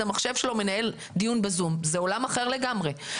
ליד המחשב שלו ומנהל דיון אלא זה עולם אחר לגמרי.